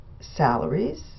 salaries